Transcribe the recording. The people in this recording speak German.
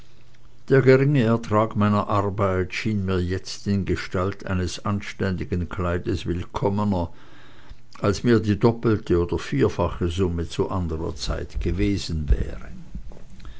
der geringe ertrag meiner arbeit erschien mir jetzt in gestalt eines anständigen kleides willkommener als mir die doppelte oder vierfache summe zu anderer zeit gewesen wäre